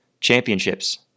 championships